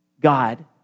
God